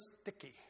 sticky